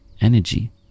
energy